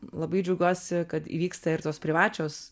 labai džiaugiuosi kad įvyksta ir tos privačios